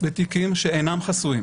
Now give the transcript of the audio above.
בתיקים שאינם חסויים,